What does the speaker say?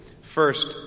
First